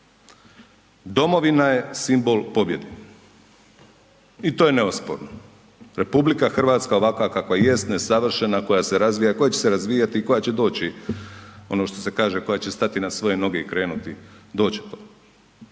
Domovina je simbol pobjede i to je neosporno, RH ovakva kakva jest nesavršena, koja se razvija, koja će se razvijati i koja će doći, ono što se kaže, koja će stati na svoje noge i krenuti, doći će